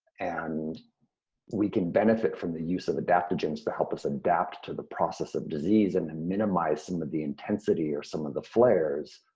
and we can benefit from the use of adaptogens to help us adapt to the process of disease and to minimize some of the intensity or some of the flares,